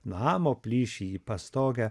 namo plyšį į pastogę